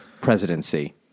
presidency